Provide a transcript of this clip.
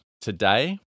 today